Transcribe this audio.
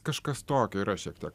kažkas tokio yra šiek tiek